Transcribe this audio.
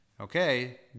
okay